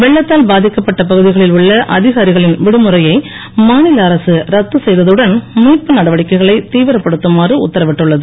வெள்ளத்தால் பாதிக்கப்பட்ட பகுதிகளில் உள்ள அதிகாரிகளின் விடுமுறையை மாநில அரசு ரத்து செய்ததுடன் மீட்பு நடவடிக்கைகளை தீவிரப்படுத்துமாறு உத்தரவிட்டு உள்ளது